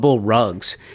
rugs